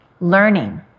learning